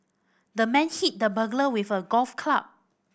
the man hit the burglar with a golf club